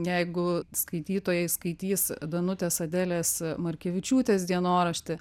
jeigu skaitytojai skaitys danutės adelės markevičiūtės dienoraštį